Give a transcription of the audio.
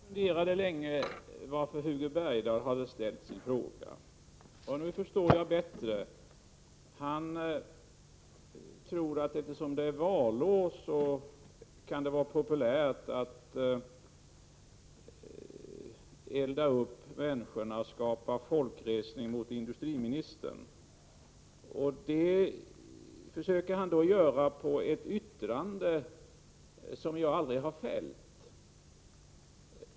Herr talman! Jag måste säga att jag funderade länge på varför Hugo Bergdahl hade ställt sin fråga. Nu förstår jag det. Han tror att det, eftersom det är valår, kan vara populärt att elda upp människorna och skapa folkresning mot industriministern. Detta försöker han göra med anledning av ett yttrande som jag aldrig har fällt.